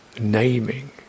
naming